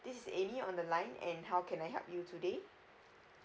this is amy one the line and how can I help you today